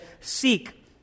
seek